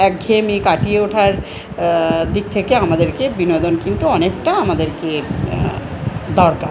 একঘেয়েমি কাটিয়ে ওঠার দিক থেকে আমাদেরকে বিনোদন কিন্তু অনেকটা আমাদেরকে দরকার